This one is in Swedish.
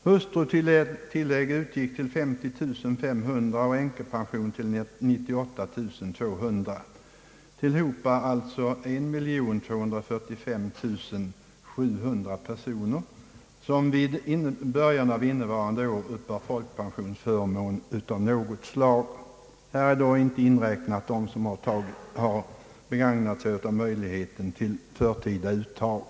Hustrutillägg utgick till 50 500 och änkepension till 98200. Tillhopa gör detta 1245 700 personer, som vid början av innevarande år uppbar folkpensionsförmån av något slag. Här har inte inräknats personer som begagnat sig av möjligheten till förtida uttag.